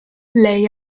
lei